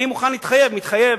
אני מתחייב,